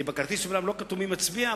כי בכרטיס אומנם לא כתוב מי מצביע,